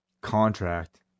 contract